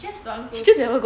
she just don't want go